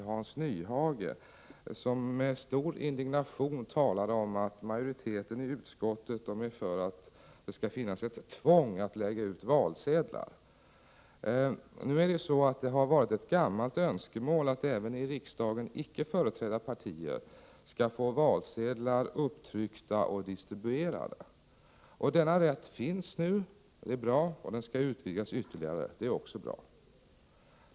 Hans Nyhage, som med stor indignation = Prot. 1987/88:46 talade om att majoriteten i utskottet är för ett tvång att lägga ut valsedlar. Det 16 december 1987 är ett gammalt önskemål att även i riksdagen icke företrädda partier skall åå Z——- valsedlar upptryckta och distribuerade. Denna rätt finns nu, och det är bra. Den skall utvidgas ytterligare, och det är också bra.